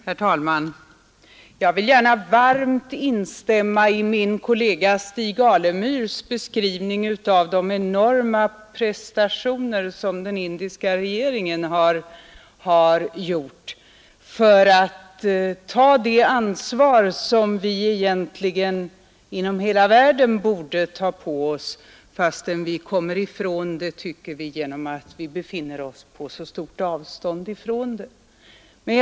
Herr talman! Jag vill gärna varmt instämma i min kollega Stig Alemyrs beskrivning av de enorma prestationer som den indiska regeringen har gjort för att ta det ansvar som vi egentligen inom hela världen borde ta på oss, fastän vi tycker att vi kommer ifrån det genom att vi befinner oss på så långt avstånd från det.